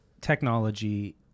technology